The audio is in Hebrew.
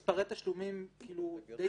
הליך מינהלי צריך לקבוע מספרי תשלומים ברורים שלושה,